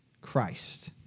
Christ